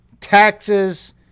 taxes